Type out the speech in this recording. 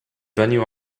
venue